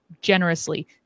generously